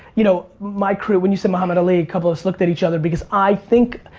you know my crew, when you said muhammad ali, a couple of us looked at each other because i think,